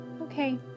Okay